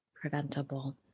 Preventable